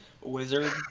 wizard